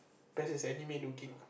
there's this anime looking